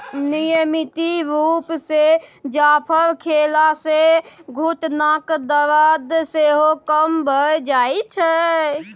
नियमित रुप सँ जाफर खेला सँ घुटनाक दरद सेहो कम भ जाइ छै